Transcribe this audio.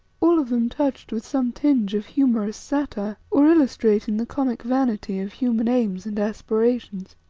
all of them touched with some tinge of humorous satire, or illustrating the comic vanity of human aims and aspirations.